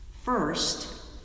First